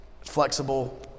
flexible